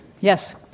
Yes